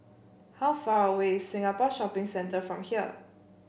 how far away is Singapore Shopping Centre from here